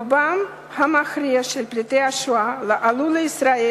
רובם המכריע של פליטי השואה עלו לישראל